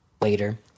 later